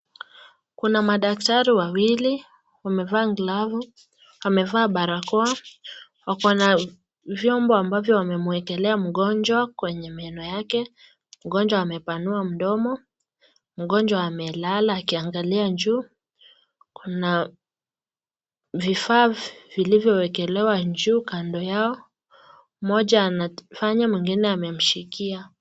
Kuna madaktari wawili, wamevaa glavu, wamevaa barakoa, wako na vyombo ambavyo wamemwekelea mgonjwa kwenye meno yake. Mgonjwa amepanua mdomo, mgonjwa amelala akiangalia juu. Kuna vifaa vilivyowekelewa juu kando yao. Mmoja anafanya, mwingine amemshikia.